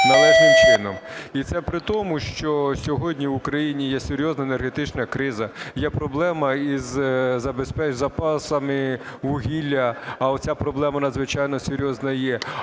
належним чином. І це при тому, що сьогодні в Україні є серйозна енергетична криза. Є проблема з запасами вугілля. А оця проблема надзвичайно серйозною є.